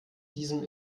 diesem